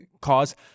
cause